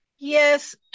Yes